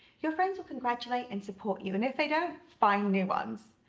your friends will congratulate and support you, and if they don't, find new ones.